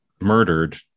murdered